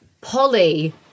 Polly